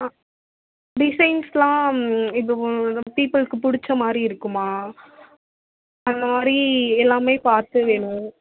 ஆ டிசைன்ஸ்லாம் இப்போ பீப்புள்க்கு பிடிச்ச மாதிரி இருக்குமா அந்த மாதிரி எல்லாமே பார்த்து வேணும்